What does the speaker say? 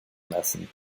messen